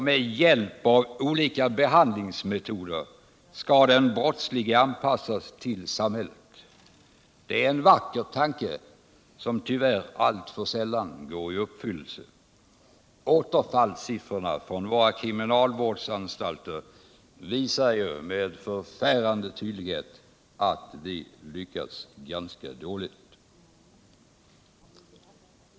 Med hjälp av olika behandlingsmetoder skall den brottslige anpassas till samhället. Det är en vacker tanke, som tyvärr alltför sällan går i uppfyllelse. Återfallssiffrorna från våra kriminalvårdsanstalter visar med förfärande tydlighet att vi lyckas ganska dåligt.